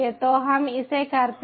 तो हम इसे करते हैं